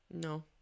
No